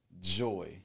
joy